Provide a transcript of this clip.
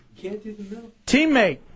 Teammate